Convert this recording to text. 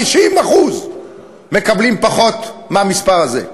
50% מקבלים פחות מהמספר הזה.